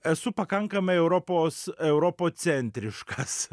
esu pakankamai europos europocentriškas